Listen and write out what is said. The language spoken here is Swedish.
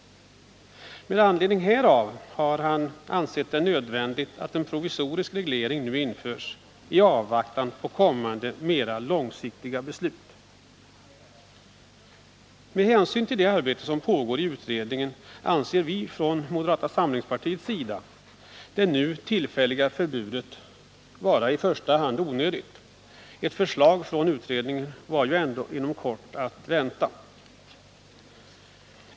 Med anledning härav har han ansett det nödvändigt att en provisorisk reglering nu införs i avvaktan på kommande mera långsiktiga beslut. Med hänsyn till det arbete som pågår i utredningen anser vi från moderata samlingspartiets sida det nu tillfälliga förbudet vara i första hand onödigt. Ett förslag från utredningen var ju ändå inom kort att vänta.